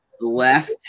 left